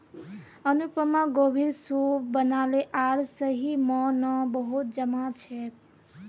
अनुपमा गोभीर सूप बनाले आर सही म न बहुत मजा छेक